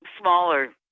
smaller